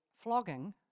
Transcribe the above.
flogging